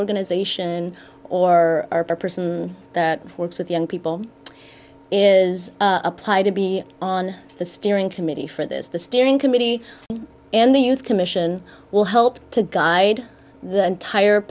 organization or our person that works with young people is applied to be on the steering committee for this the steering committee and the youth commission will help to guide the entire